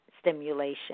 stimulation